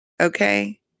okay